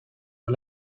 con